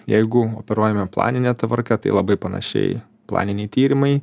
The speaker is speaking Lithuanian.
jeigu operuojame planine tvarka tai labai panašiai planiniai tyrimai